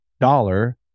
dollar